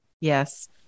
Yes